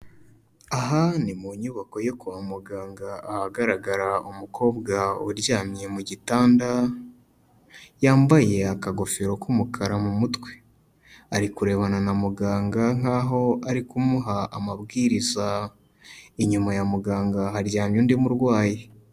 Aha ni mu nyubako yo kwa muganga ahagaragara umukobwa uryamye mu gitanda, yambaye akagofero k'umukara mu mutwe, ari kurebana na muganga nkaho ari kumuha amabwiriza, inyuma ya muganga haryamye undi murwayi.